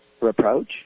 reproach